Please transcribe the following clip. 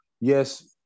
yes